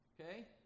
Okay